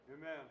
Amen